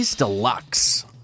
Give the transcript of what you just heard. deluxe